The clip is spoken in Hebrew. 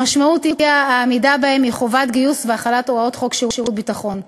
שמשמעות אי-עמידה בהם היא חובת גיוס והחלת הוראות חוק שירות ביטחון.